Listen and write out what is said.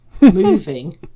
moving